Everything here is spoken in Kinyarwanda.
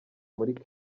muri